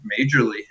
majorly